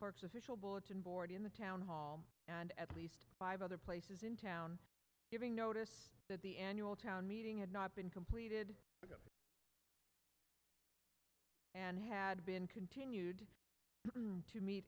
clerk's official bulletin board in the town hall and at least five other places in town giving notice that the annual town meeting had not been completed and had been continued to me